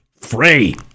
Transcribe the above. free